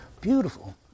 beautiful